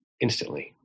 instantly